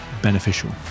beneficial